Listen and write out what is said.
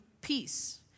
peace